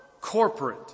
corporate